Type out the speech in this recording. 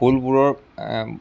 ফুলবোৰৰ এ